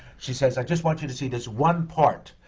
she says, i just want you to see this one part,